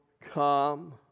come